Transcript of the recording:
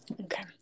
Okay